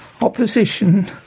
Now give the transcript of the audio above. Opposition